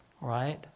Right